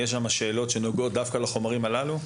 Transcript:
יש שם שאלות שנוגעות דווקא לחומרים הללו?